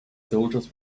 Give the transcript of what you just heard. soldiers